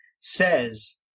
says